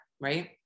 right